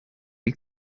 you